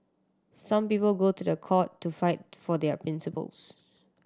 some people go to the court to fight for their principles